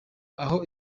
aho